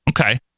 Okay